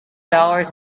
dollars